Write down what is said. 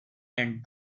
and